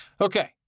Okay